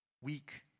weak